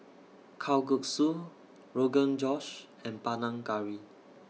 Kalguksu Rogan Josh and Panang Curry